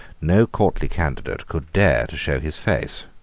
no courtly candidate could dare to show his face.